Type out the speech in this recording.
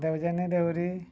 Debajani Dehury